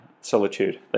solitude